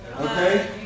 Okay